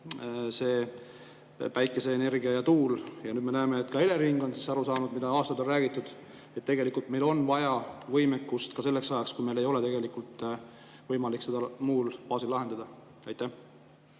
päikeseenergia ja tuul. Nüüd me näeme, et ka Elering on aru saanud sellest, mida aastaid on räägitud, et tegelikult meil on vaja võimekust ka selleks ajaks, kui meil ei ole tegelikult võimalik seda muul baasil lahendada. Tänan